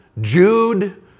Jude